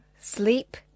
Sleep